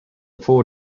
four